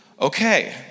Okay